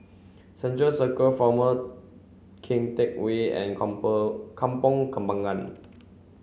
Central Circus Former Keng Teck Whay and Kampong Kampong Kembangan